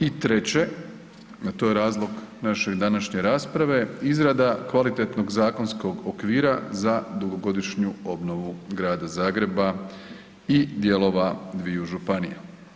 I treće, a to je razlog naše današnje rasprave izrada kvalitetnog zakonskog okvira za dugogodišnju obnovu Grada Zagreba i dijelova dviju županija.